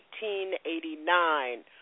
1889